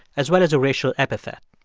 as well as a racial epithet.